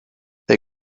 they